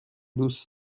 دوست